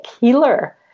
healer